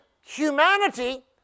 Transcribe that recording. humanity